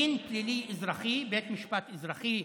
דין פלילי אזרחי, בית משפט אזרחי.